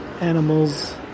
animal's